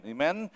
Amen